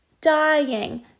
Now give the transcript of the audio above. dying